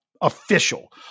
official